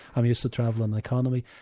i'm used to travelling in economy.